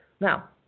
Now